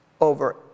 over